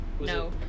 No